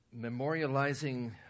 memorializing